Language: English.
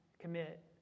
commit